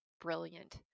Brilliant